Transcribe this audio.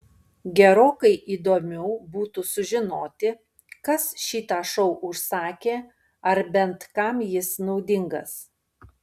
gerokai įdomiau būtų sužinoti kas šitą šou užsakė ar bent kam jis naudingas